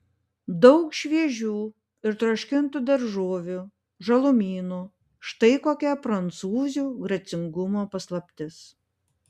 daug šviežių ir troškintų daržovių žalumynų štai kokia prancūzių gracingumo paslaptis